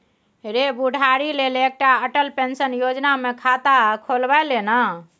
रे बुढ़ारी लेल एकटा अटल पेंशन योजना मे खाता खोलबाए ले ना